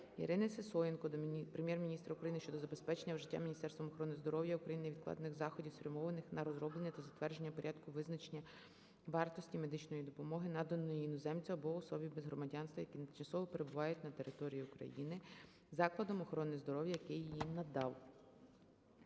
Ірини Сисоєнко до Прем'єр-міністра України щодо забезпечення вжиття Міністерством охорони здоров'я України невідкладних заходів, спрямованих на розроблення та затвердження Порядку визначення вартості медичної допомоги, наданої іноземцю або особі без громадянства, які тимчасово перебувають на території України, закладом охорони здоров'я, який її надав.